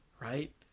Right